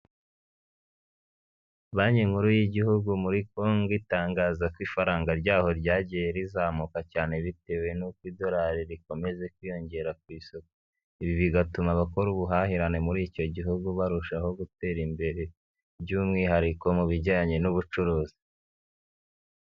Banki nkuru y'igihugu muri Congo itangaza ko ifaranga ryaho ryagiye rizamuka cyane bitewe n'uko idorali rikomeza kwiyongera ku isoko. Ibi bigatuma abakora ubuhahirane muri icyo gihugu barushaho gutera imbere by'umwihariko mu bijyanye n'ubucuruzi.